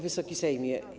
Wysoki Sejmie!